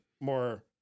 more